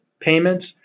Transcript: payments